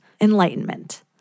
enlightenment